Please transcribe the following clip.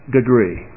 degree